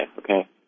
okay